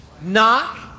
Knock